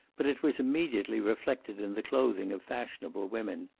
but it was immediately reflected in the clothing of fashionable women.